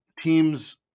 Teams